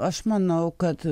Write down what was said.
aš manau kad